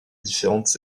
différentes